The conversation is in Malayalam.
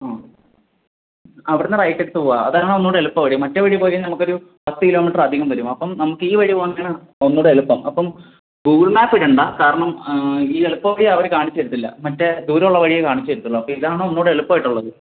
അവിടുന്നു റയിറ്റ് എടുത്ത് പോകുക അതാവും ഒന്നുകൂടെ എളുപ്പവഴി മറ്റേ വഴി പോയിക്കഴിഞ്ഞാൽ നമുക്ക് ഒരു പത്ത് കിലോമീറ്റർ അധികം വരും അപ്പം നമുക്ക് ഈ വഴി പോകുന്നതാ ഒന്നുകൂടെ എളുപ്പം അപ്പം ഗൂഗിൾ മാപ്പ് ഇടേണ്ട കാരണം ഈ എളുപ്പവഴി അവരു കാണിച്ച് തരത്തില്ല മറ്റേ ദൂരം ഉള്ള വഴിയെ കാണിച്ചു തരത്തൊള്ളൂ അപ്പം ഇതാണ് ഒന്നുകൂടെ എളുപ്പം ആയിട്ടുള്ളത്